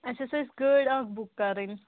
گٲڑۍ اکھ بُک کَرٕنۍ